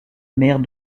maire